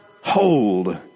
hold